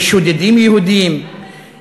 יש שודדים יהודים,